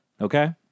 Okay